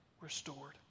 restored